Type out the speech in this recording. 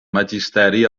magisteri